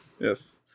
Yes